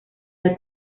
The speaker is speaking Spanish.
del